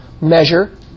measure